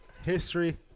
History